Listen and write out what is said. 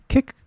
Kick